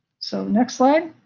so, next slide.